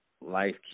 life